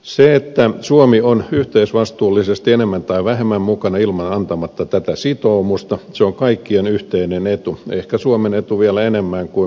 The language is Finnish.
se että suomi on yhteisvastuullisesti enemmän tai vähemmän mukana antamatta tätä sitoumusta on kaikkien yhteinen etu ehkä suomen etu vielä enemmän kuin monen muun